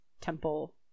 temple